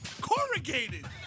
Corrugated